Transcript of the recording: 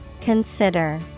Consider